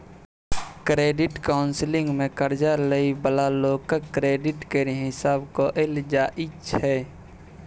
credit counselling मे कर्जा लइ बला लोकक क्रेडिट केर हिसाब कएल जाइ छै